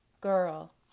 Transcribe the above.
girl